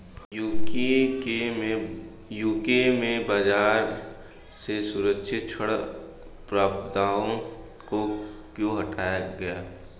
UK में बाजार से सुरक्षित ऋण प्रदाताओं को क्यों हटाया गया?